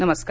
नमस्कार